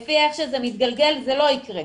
לפי איך שזה מתגלגל זה לא יקרה.